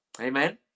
Amen